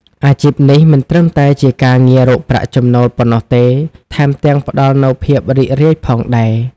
អាជីពនេះមិនត្រឹមតែជាការងាររកប្រាក់ចំណូលប៉ុណ្ណោះទេ ថែមទាំងផ្តល់នូវភាពរីករាយផងដែរ។